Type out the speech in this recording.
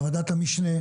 בוועדת המשנה,